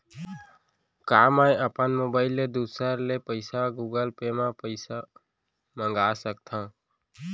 का मैं अपन मोबाइल ले दूसर ले पइसा गूगल पे म पइसा मंगा सकथव?